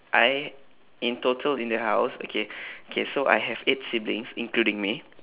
I in total in the house okay okay so I have eight siblings including me